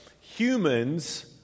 humans